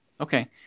Okay